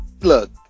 look